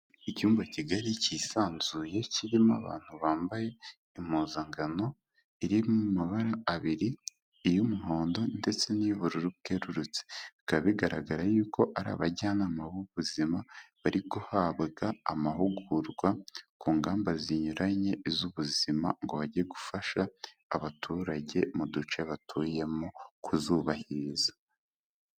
Icyumba kigari cyisanzuye kirimo abantu bambaye impuzangano, iri mu mabara abiri iy'umuhondo ndetse n'iy'ubururu bwerurutse, bikaba bigaragara yuko ari abajyanama b'ubuzima, bari guhabwaga amahugurwa ku ngamba zinyuranye z'ubuzima ngo bajye gufasha abaturage mu duce batuyemo kuzubahiriza.